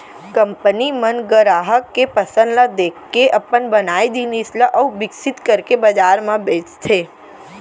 company मन गराहक के पसंद ल देखके अपन बनाए जिनिस ल अउ बिकसित करके बजार म बेचथे